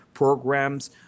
programs